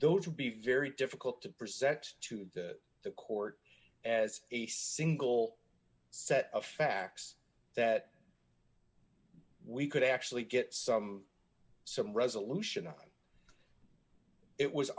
those would be very difficult to present to that the court as a single set of facts that we could actually get some some resolution on it was